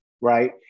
right